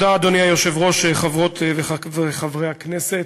אדוני היושב-ראש, תודה, חברות וחברי הכנסת,